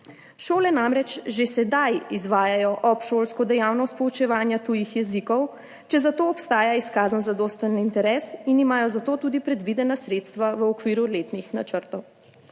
Šole namreč že sedaj izvajajo obšolsko dejavnost poučevanja tujih jezikov, če za to obstaja izkazan zadosten interes in imajo za to tudi predvidena sredstva v okviru letnih načrtov.